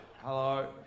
Hello